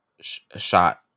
shot